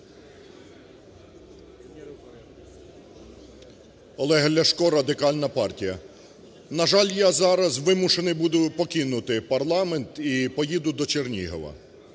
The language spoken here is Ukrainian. Олег Ляшка, Радикальна партія. На жаль, я зараз вимушений буду покинути парламент і поїду до Чернігова.